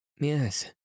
Yes